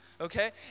okay